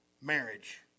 marriage